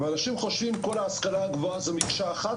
ואנשים חושבים שכל ההשכלה הגבוהה זו מקשה אחת,